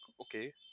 okay